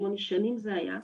שמונה שנים זה היה,